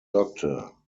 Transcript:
doctor